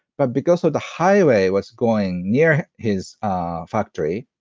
but because so the highway was going near his ah factory,